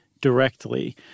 directly